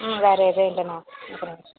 ம் வேறு எதுவும் இல்லை மேம் அப்புறம்